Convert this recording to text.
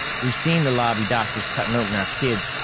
we've seen the lobby doctors cutting open our kids,